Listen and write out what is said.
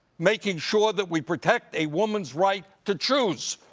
making sure that we protect a woman's right to choose!